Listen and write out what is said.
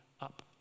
up